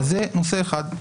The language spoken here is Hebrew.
זה נושא אחד.